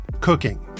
cooking